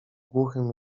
głuchym